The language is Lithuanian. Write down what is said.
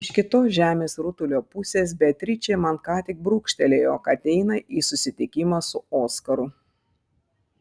iš kitos žemės rutulio pusės beatričė man ką tik brūkštelėjo kad eina į susitikimą su oskaru